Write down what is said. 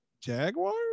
Jaguars